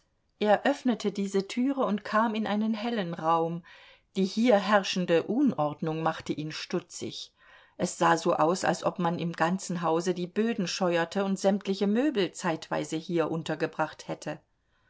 öffnete diese türe und kam in einen hellen raum die hier herrschende unordnung machte ihn stutzig es sah so aus als ob man im ganzen hause die böden scheuerte und sämtliche möbel zeitweise hier untergebracht hätte